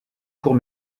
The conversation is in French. courts